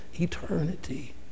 eternity